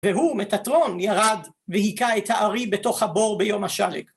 והוא, מטטרון, ירד והיכה את הארי בתוך הבור ביום השלג.